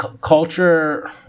culture